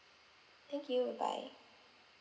thank you bye bye